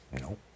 No